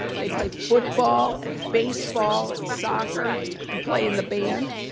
they play football and baseball and soccer and play in the band,